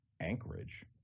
Anchorage